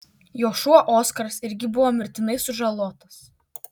jo šuo oskaras irgi buvo mirtinai sužalotas